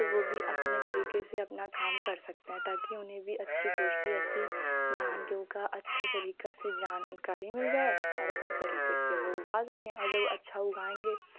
तो वह भी अपने तरीके से अपना काम कर सकते हैं ताकि उन्हें भी अच्छी पोस्टी से धान के ऊपर अच्छा तरीका से जानकारी मिल जाए और अच्छी तरीके से वह उगा सकें और जब अच्छा उगाएँगे